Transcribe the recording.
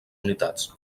unitats